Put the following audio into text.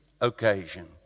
occasion